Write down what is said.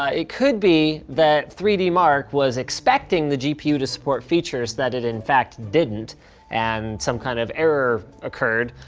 ah it could be that three dmark was expecting the gpu to support features that it, in fact, didn't and some kind of error occurred,